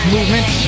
Movement